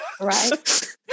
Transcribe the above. Right